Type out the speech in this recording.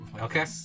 Okay